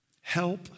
Help